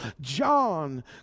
John